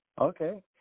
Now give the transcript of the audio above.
Okay